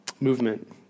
movement